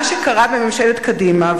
מה שקרה בממשלת קדימה,